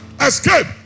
Escape